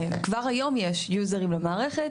כבר היום יש יוזרים למערכת,